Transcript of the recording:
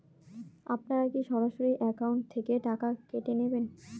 আপনারা কী সরাসরি একাউন্ট থেকে টাকা কেটে নেবেন?